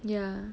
ya